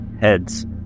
heads